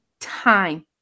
time